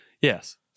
Yes